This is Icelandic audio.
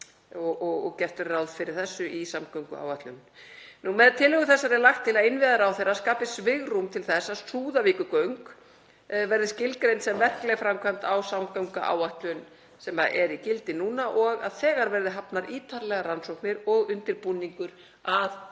og gert ráð fyrir þeim í samgönguáætlun. Með tillögu þessari er lagt til að innviðaráðherra skapi svigrúm til þess að Súðavíkurgöng verði skilgreind sem verkleg framkvæmd á samgönguáætlun sem er í gildi núna og að þegar verði hafnar ítarlegar rannsóknir og undirbúningur að